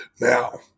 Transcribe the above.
Now